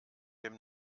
dem